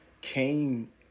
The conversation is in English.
came